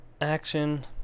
action